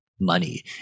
money